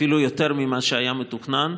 אפילו יותר ממה שהיה מתוכנן,